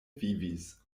vivis